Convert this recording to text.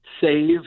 save